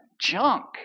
junk